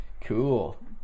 cool